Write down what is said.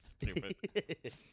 Stupid